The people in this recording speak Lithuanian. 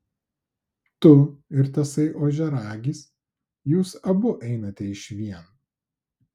tu ir tasai ožiaragis jūs abu einate išvien